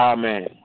Amen